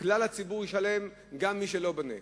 וכלל הציבור ישלם, גם מי שלא בונה.